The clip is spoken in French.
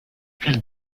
fil